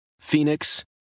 Phoenix